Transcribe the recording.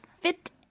fit